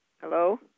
Hello